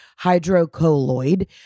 hydrocolloid